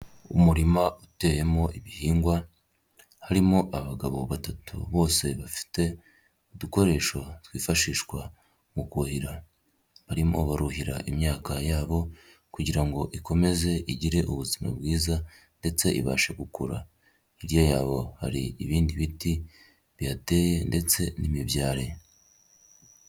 Umurima uteyemo ibihingwa, harimo abagabo batatu bose bafite udukoresho twifashishwa mu kuhira. Barimo baruhira imyaka yabo kugira ngo ikomeze igire ubuzima bwiza ndetse ibashe gukura. Hirya yabo hari ibindi biti bihateye ndetse n'imibyare.